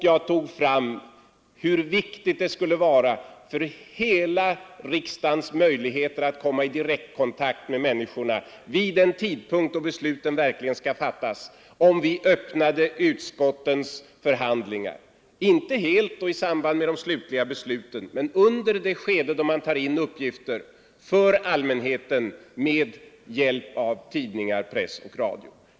Jag tog tidigare upp hur viktigt det skulle vara för hela riksdagens möjligheter att komma i direkt kontakt med människorna vid den tidpunkt då besluten verkligen skall fattas, något som kunde ske om vi öppnade utskottens förhandlingar — inte i samband med de slutliga besluten men under det skede då man tar in uppgifter — genom förmedling av press och radio.